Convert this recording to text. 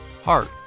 Heart